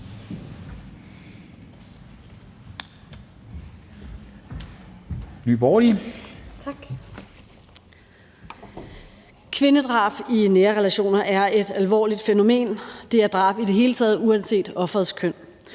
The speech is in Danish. Kvindedrab i nære relationer er et alvorligt fænomen – det er drab i det hele taget uanset offerets køn.